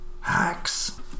Hacks